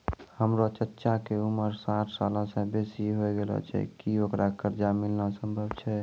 हमरो चच्चा के उमर साठ सालो से बेसी होय गेलो छै, कि ओकरा कर्जा मिलनाय सम्भव छै?